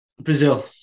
Brazil